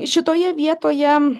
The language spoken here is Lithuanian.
šitoje vietoje